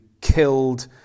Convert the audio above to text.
killed